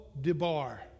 Debar